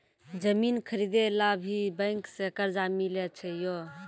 जमीन खरीदे ला भी बैंक से कर्जा मिले छै यो?